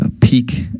peak